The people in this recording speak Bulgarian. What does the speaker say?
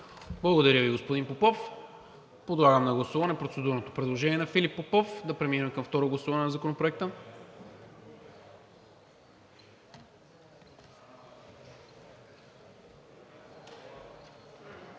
Благодаря Ви, господин Попов. Подлагам на гласуване процедурното предложение на Филип Попов да преминем към второ гласуване на Законопроекта.